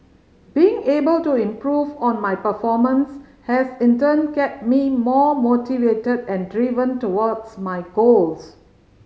being able to improve on my performance has in turn kept me more motivated and driven towards my goals